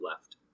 left